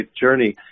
journey